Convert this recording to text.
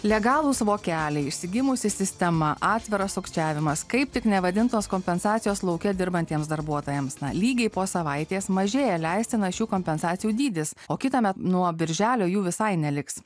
legalūs vokeliai išsigimusi sistema atviras sukčiavimas kaip tik nevadintos kompensacijos lauke dirbantiems darbuotojams lygiai po savaitės mažėja leistinas šių kompensacijų dydis o kitąmet nuo birželio jų visai neliks